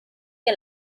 que